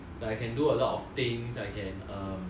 like I can do a lot of things I can um